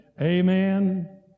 amen